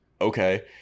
okay